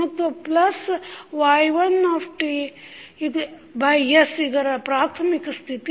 ಮತ್ತು plus y1 t naught s ಇದರ ಪ್ರಾಥಮಿಕ ಸ್ಥಿತಿ